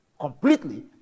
Completely